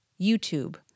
YouTube